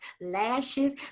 lashes